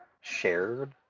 shared